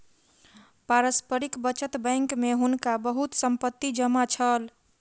पारस्परिक बचत बैंक में हुनका बहुत संपत्ति जमा छल